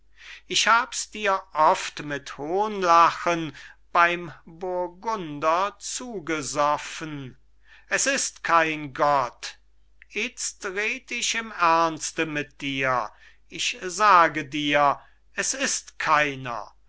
ich habs dir oft mit hohnlachen bey burgunder zugesoffen es ist kein gott itzt red ich im ernste mit dir ich sage dir es ist keiner